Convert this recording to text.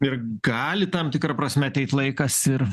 ir gali tam tikra prasme ateit laikas ir